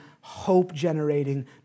hope-generating